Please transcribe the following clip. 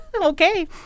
Okay